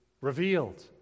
revealed